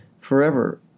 forever